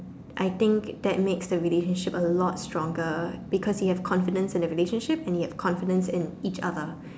I think that makes the relationship a lot stronger because you have confidence in the relationship and confidence with each other